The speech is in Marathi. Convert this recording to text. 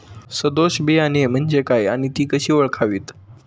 सदोष बियाणे म्हणजे काय आणि ती कशी ओळखावीत?